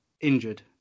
injured